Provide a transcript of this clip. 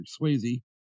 Swayze